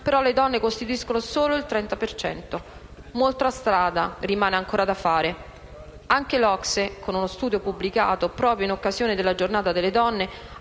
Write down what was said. le donne costituiscono solo il 30 per cento. Molta strada rimane ancora da fare. Anche l'OCSE, con uno studio pubblicato proprio in occasione della giornata delle donne,